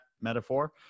metaphor